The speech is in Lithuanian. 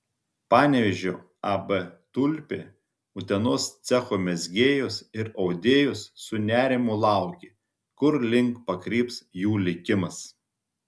panevėžio ab tulpė utenos cecho mezgėjos ir audėjos su nerimu laukė kurlink pakryps jų likimas